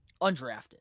Undrafted